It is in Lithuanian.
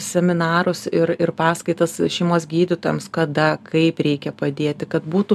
seminarus ir ir paskaitas šeimos gydytojams kada kaip reikia padėti kad būtų